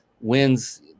wins